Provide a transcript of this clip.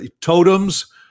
totems